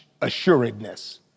assuredness